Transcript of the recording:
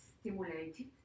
stimulated